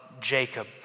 Jacob